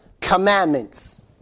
commandments